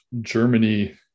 germany